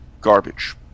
garbage